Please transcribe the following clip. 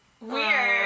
Weird